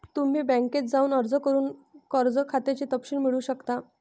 तुम्ही बँकेत जाऊन अर्ज करून कर्ज खात्याचे तपशील मिळवू शकता